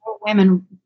women